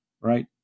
right